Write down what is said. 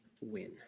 win